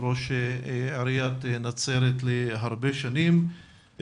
ראש עיריית נצרת להרבה שנים,